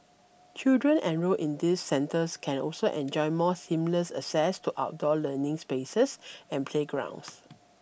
children enrolled in these centres can also enjoy more seamless access to outdoor learning spaces and playgrounds